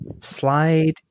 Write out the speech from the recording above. slide